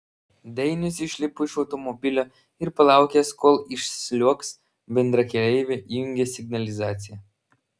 dainius išlipo iš automobilio ir palaukęs kol išsliuogs bendrakeleivė įjungė signalizaciją